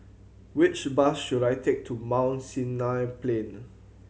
which bus should I take to Mount Sinai Plain